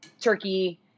Turkey